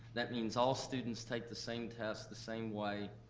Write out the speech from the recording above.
that means all students take the same test the same way,